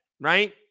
right